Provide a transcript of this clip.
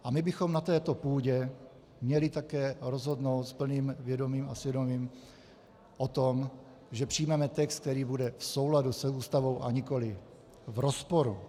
A my bychom na této půdě měli také rozhodnout s plným vědomím a svědomím o tom, že přijmeme text, který bude v souladu s Ústavou, a nikoli v rozporu.